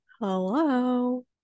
hello